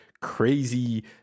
crazy